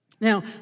Now